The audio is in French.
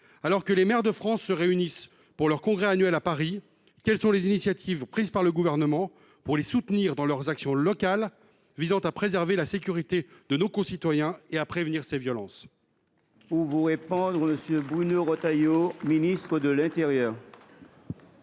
Alors que les maires de France se réunissent pour leur congrès annuel à Paris, quelles sont les initiatives prises par le Gouvernement pour les soutenir dans leurs actions locales visant à préserver la sécurité de nos concitoyens et à prévenir les violences ?